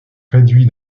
réduit